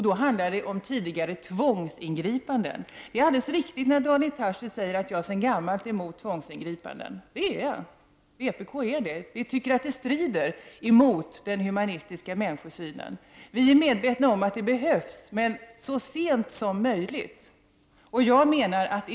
Då handlar det om tidigare tvångsingripanden. Det är alldeles riktigt när Daniel Tarschys säger att jag sedan gammalt är emot tvångsingripanden. Det är jag, och vpk är det. Vi tycker att de strider emot den humana människosynen. Vi är medvetna om att de behövs, men så sent som möjligt.